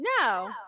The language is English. no